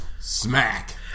Smack